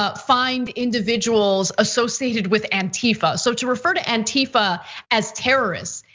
ah find individuals associated with antifa. so to refer to antifa as terrorist,